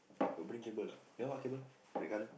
got bring cable or not then what cable red color